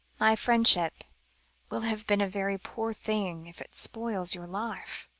my friendship will have been a very poor thing if it spoils your life,